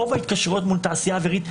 רוב ההתקשרויות מול תעשייה אווירית,